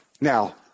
Now